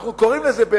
אנחנו קוראים לזה,